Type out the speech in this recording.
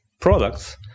products